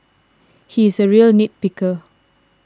he is a real nit picker